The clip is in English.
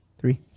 three